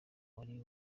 wari